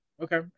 Okay